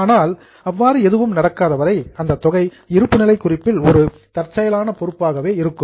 ஆனால் அவ்வாறு எதுவும் நடக்காத வரை அந்த தொகை இருப்புநிலை குறிப்பில் ஒரு தற்செயலான பொறுப்பாகவே இருக்கும்